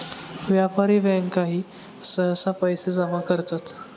व्यापारी बँकाही सहसा पैसे जमा करतात